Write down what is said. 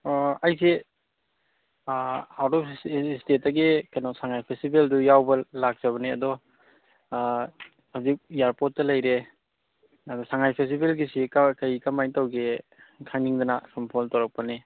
ꯑꯣ ꯑꯩꯁꯤ out of ꯏꯁꯇꯦꯠꯇꯒꯤ ꯀꯩꯅꯣ ꯁꯉꯥꯏ ꯐꯦꯁꯇꯤꯚꯦꯜꯗꯣ ꯌꯥꯎꯕ ꯂꯥꯛꯆꯕꯅꯦ ꯑꯗꯣ ꯍꯧꯖꯤꯛ ꯑꯦꯌꯥꯔꯄꯣꯔꯠꯇ ꯂꯩꯔꯦ ꯑꯗꯣ ꯁꯉꯥꯏ ꯐꯦꯁꯇꯤꯚꯦꯜꯒꯤꯁꯤ ꯀꯥꯏꯋꯥꯏ ꯀꯩ ꯀꯃꯥꯏꯅ ꯇꯩꯒꯦ ꯈꯪꯅꯤꯡꯗꯅ ꯁꯨꯝ ꯐꯣꯟ ꯇꯧꯔꯛꯄꯅꯦ